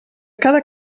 cada